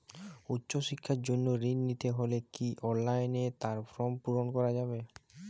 উচ্চশিক্ষার জন্য ঋণ নিতে হলে কি অনলাইনে তার ফর্ম পূরণ করা যাবে?